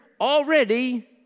already